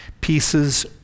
pieces